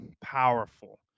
powerful